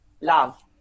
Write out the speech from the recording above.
love